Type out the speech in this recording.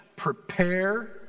Prepare